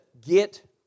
get